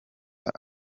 aho